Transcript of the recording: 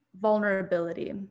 vulnerability